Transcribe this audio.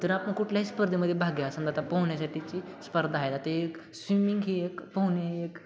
जर आपण कुठल्याही स्पर्धेमध्ये भाग घ्या असेल जाता पोहण्यासाठीची स्पर्धा आहे तर एक स्विमिंग ही एक पोहणे ही एक